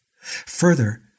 Further